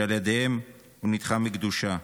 שעל ידיהם הוא נדחה מקדושה.